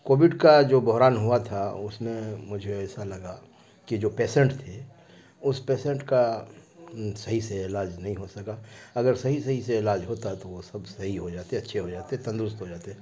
Covid کا جو بحران ہوا تھا اس میں مجھے ایسا لگا کہ جو پیسنٹ تھے اس پیسینٹ کا صحیح سے علاج نہیں ہو سکا اگر صحیح صحیح سے علاج ہوتا تو وہ سب صحیح ہو جاتے اچھے ہو جاتے تندرست ہو جاتے